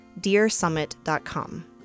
DearSummit.com